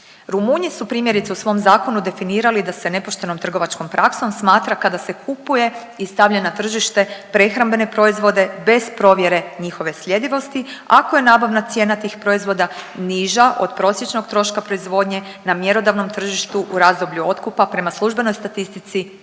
Rumunji su primjerice u svom zakonu definirali da se nepoštenom trgovačkom praksom smatra kada se kupuje i stavlja na tržište prehrambene proizvode bez provjere njihove sljedivosti ako je nabavna cijena tih proizvoda niža od prosječnog troška proizvodnje na mjerodavnom tržištu u razdoblju otkupa prema službenoj statistici